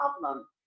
problem